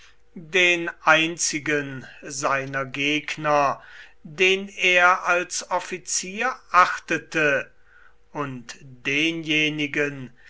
den einzigen seiner gegner den er als offizier achtete und denjenigen